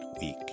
week